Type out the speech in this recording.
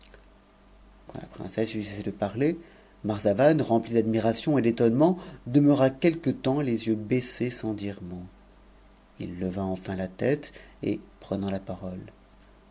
la princesse eut cessé de par er marzavan rempli d'admiration et d'étonnement demeura quelque temps les yeux baissés s dire mot ï leva enfin la tête et prenant la parole